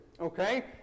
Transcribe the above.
Okay